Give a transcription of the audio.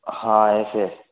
हाँ ऐसे